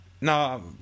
No